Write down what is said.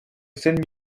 scènes